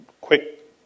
quick